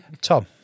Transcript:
Tom